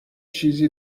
چیزی